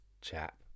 chap